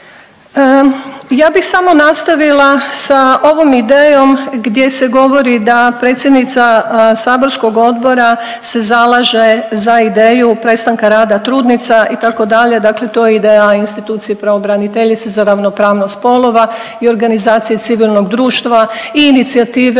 Ja bih samo nastavila sa ovom idejom gdje se govori da predsjednica saborskog odbora se zalaže za ideju prestanka rada trudnica itd., dakle tako dalje to je ideja institucije pravobraniteljice za ravnopravnost spolova i organizacije civilnog društva i inicijative